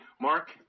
Mark